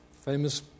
famous